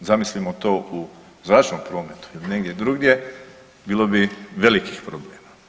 Zamislimo to u zračnom prometu ili negdje drugdje, bilo bi velikih problema.